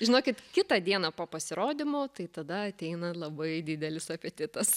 žinokit kitą dieną po pasirodymo tai tada ateina labai didelis apetitas